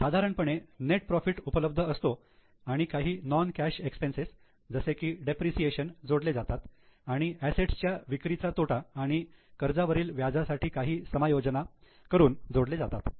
साधारणपणे net profit उपलब्ध असतो आणि काही नोन कॅश एक्सपेनसेस जसे की डेप्रिसिएशन जोडले जातात आणि असेट्स च्या विक्रीचा तोटा आणि कर्जावरील व्याजासाठी काही समायोजन करून जोडले जाते